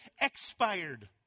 expired